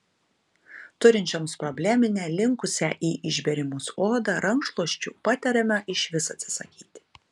turinčioms probleminę linkusią į išbėrimus odą rankšluosčių patariama išvis atsisakyti